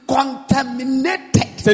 contaminated